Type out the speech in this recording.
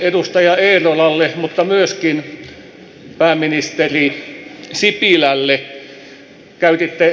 edustaja eerolalle mutta myöskin pääministeri sipilälle